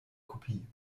kopie